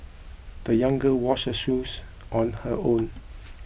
the young girl washed her shoes on her own